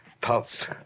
Pulse